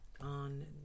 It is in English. on